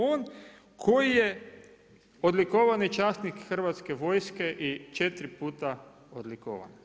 On koji je odlikovani časnih Hrvatske vojske i 4 puta odlikovan.